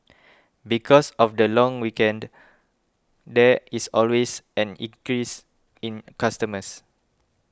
because of the long weekend there is always an increase in customers